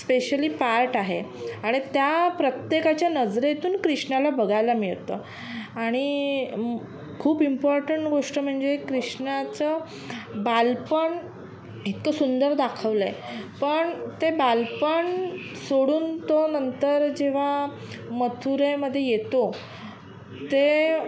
specially part आहे आणि त्या प्रत्येकाच्या नजरेतून कृष्णाला बघायला मिळतं आणि खूप इम्पॉर्टंट गोष्ट म्हणजे कृष्णाचं बालपण इतकं सुंदर दाखवलं आहे पण ते बालपण सोडून तो नंतर जेव्हा मथुरेमधे येतो ते